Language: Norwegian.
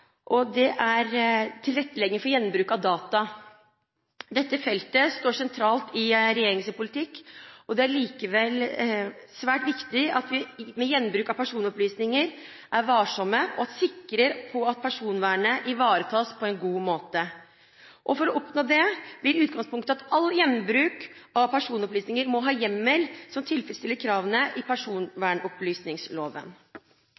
og det er tilrettelegging for gjenbruk av data. Dette feltet står sentralt i regjeringens politikk, men det er likevel svært viktig at vi ved gjenbruk av personopplysninger er varsomme og sikre på at personvernet ivaretas på en god måte. For å oppnå det blir utgangspunktet at all gjenbruk av personopplysninger må ha en hjemmel som tilfredsstiller kravene i